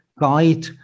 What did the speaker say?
guide